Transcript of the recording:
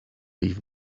leave